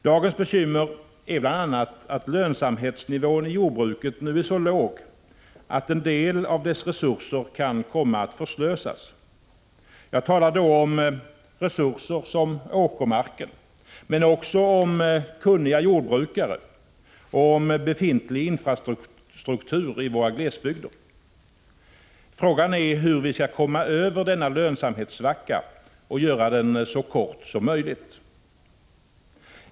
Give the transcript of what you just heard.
Dagens bekymmer är bl.a. att lönsamhetsnivån i jordbruket nu är så låg att en del av dess resurser kan komma att förslösas. Jag talar då om resurser som åkermarken men också om kunniga jordbrukare och om befintlig infrastruktur i våra glesbygder. Frågan är hur vi skall komma över denna lönsamhetssvacka och göra den så kort som möjligt.